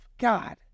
God